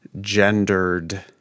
gendered